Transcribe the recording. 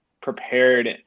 prepared